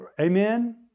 Amen